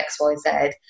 xyz